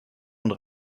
und